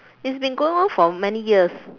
it's been going on for many years